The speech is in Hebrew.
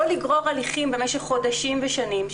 לא לגרור הליכים במשך חודשים ושנים.